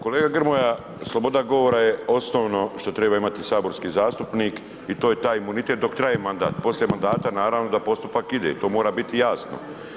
Kolega Grmoja, sloboda govora je osnovno što treba imati saborski zastupnik i to je taj imunitet dok traje mandat, poslije mandata naravno da postupak ide, to mora biti jasno.